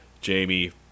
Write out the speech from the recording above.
Jamie